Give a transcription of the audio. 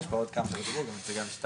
יש פה גם נציגי משטרה.